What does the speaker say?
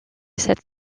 cette